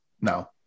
No